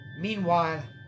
Meanwhile